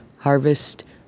Harvest